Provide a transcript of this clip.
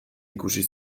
ikusi